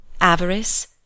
Avarice